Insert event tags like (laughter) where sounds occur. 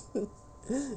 (laughs)